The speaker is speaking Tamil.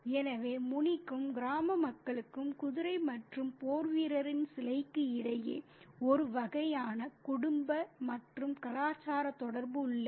எனவே முனிக்கும் கிராம மக்களுக்கும் குதிரை மற்றும் போர்வீரரின் சிலைக்கும் இடையே ஒரு வகையான குடும்ப மற்றும் கலாச்சார தொடர்பு உள்ளது